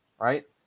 right